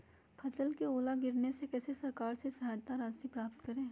फसल का ओला गिरने से कैसे सरकार से सहायता राशि प्राप्त करें?